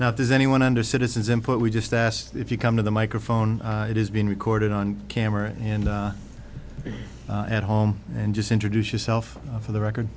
now does anyone under citizens input we just asked if you come to the microphone it is being recorded on camera and at home and just introduce yourself for the record